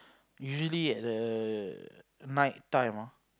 usually at the night time ah